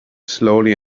slowly